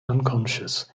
unconscious